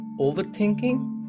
overthinking